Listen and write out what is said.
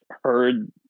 heard